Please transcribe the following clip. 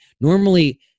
normally